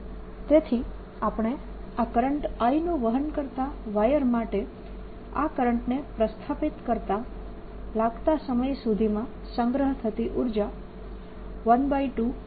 A તેથી આપણે આ કરંટ I નું વહન કરતા વાયર માટે આ કરંટને પ્રસ્થાપિત કરતા લાગતા સમય સુધીમાં સંગ્રહ થતી ઉર્જા 12dr